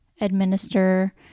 administer